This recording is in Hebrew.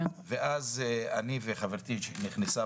ואז חברתי עאידה נכנסה